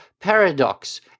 paradox